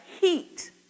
heat